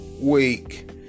week